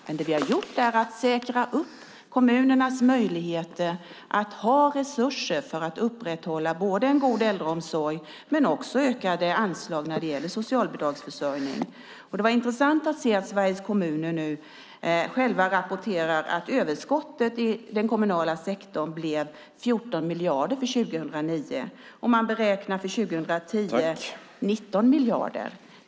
Men det vi har gjort är att säkra kommunernas möjligheter att upprätthålla en god äldreomsorg samtidigt som anslagen när det gäller socialbidragsförsörjning har ökat. Det var intressant att se att Sveriges kommuner nu själva rapporterar att överskottet i den kommunala sektorn blev 14 miljarder för 2009. Man beräknar att det ska bli 19 miljarder för 2010.